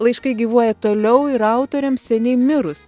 laiškai gyvuoja toliau ir autoriams seniai mirus